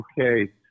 okay